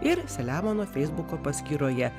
ir selemono feisbuko paskyroje